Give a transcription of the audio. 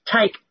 take